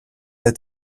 der